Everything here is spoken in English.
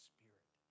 Spirit